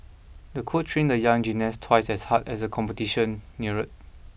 the coach trained the young gymnast twice as hard as the competition neared